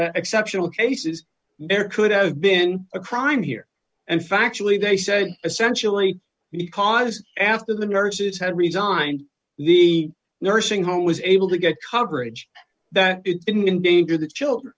x exceptional cases there could have been a crime here and factually they say essentially because after the nurses had resigned the nursing home was able to get coverage that is in danger the children